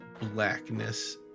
blackness